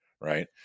right